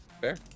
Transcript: Fair